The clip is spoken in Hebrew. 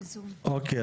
אוקיי,